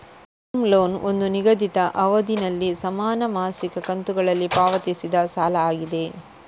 term loan ಒಂದು ನಿಗದಿತ ಅವಧಿನಲ್ಲಿ ಸಮಾನ ಮಾಸಿಕ ಕಂತುಗಳಲ್ಲಿ ಪಾವತಿಸಿದ ಸಾಲ ಆಗಿದೆ